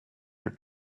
her